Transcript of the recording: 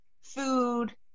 food